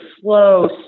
slow